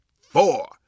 four